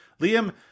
Liam